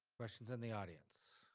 questions in the audience.